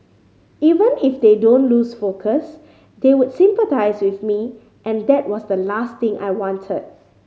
even if they don't lose focus they would sympathise with me and that was the last thing I wanted